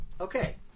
Okay